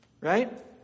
Right